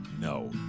No